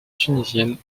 tunisiennes